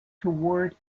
toward